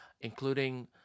including